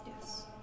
Yes